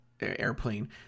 airplane